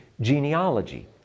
genealogy